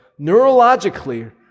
Neurologically